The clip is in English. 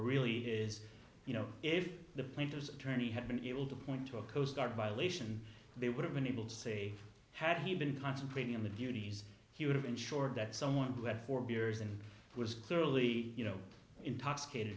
really is you know if the plaintiff's attorney had been able to point to a coast guard violation they would have been able to see had he been concentrating on the beauties he would have ensured that someone who had four beers and was clearly you know intoxicated